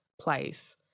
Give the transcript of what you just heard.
place